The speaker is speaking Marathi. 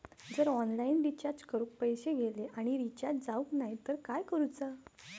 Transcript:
जर ऑनलाइन रिचार्ज करून पैसे गेले आणि रिचार्ज जावक नाय तर काय करूचा?